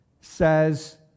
says